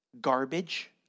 garbage